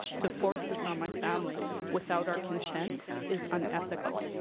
to force this on my family without our consent is unethical.